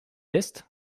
est